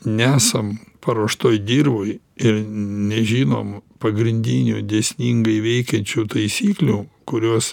nesam paruoštoj dirvoj ir nežinom pagrindinių dėsningai veikiančių taisyklių kurios